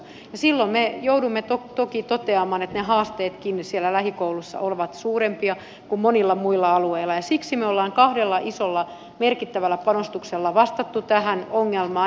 silloin me joudumme toki toteamaan että ne haasteetkin siellä lähikoulussa ovat suurempia kuin monilla muilla alueilla ja siksi me olemme kahdella isolla merkittävällä panostuksella vastanneet tähän ongelmaan